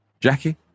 Jackie